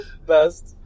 Best